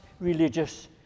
religious